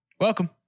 Welcome